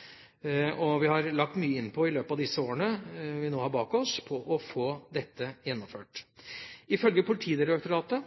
I løpet av de årene vi nå har bak oss, har vi satt mye inn på å få dette gjennomført. Ifølge Politidirektoratet